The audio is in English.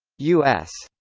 u s.